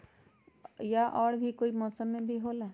या और भी कोई मौसम मे भी होला?